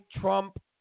Trump